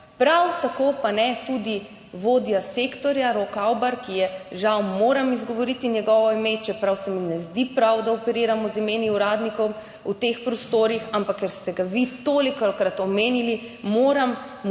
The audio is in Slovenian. Prav tako pa ne tudi vodja sektorja Rok Avbar, ki je žal, moram izgovoriti njegovo ime, čeprav se mi ne zdi prav, da operiramo z imeni uradnikov v teh prostorih, ampak ker ste ga vi tolikokrat omenili, moram omeniti